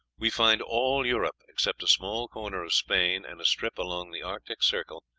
we find all europe, except a small corner of spain and a strip along the arctic circle,